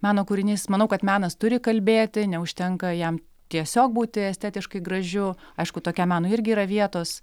meno kūrinys manau kad menas turi kalbėti neužtenka jam tiesiog būti estetiškai gražiu aišku tokiam menui irgi yra vietos